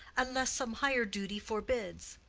unless some higher duty forbids.